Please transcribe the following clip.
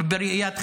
בראיית חשבון.